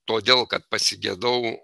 todėl kad pasigedau